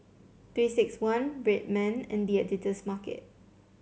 Three six one Red Man and The Editor's Market